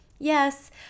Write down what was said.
Yes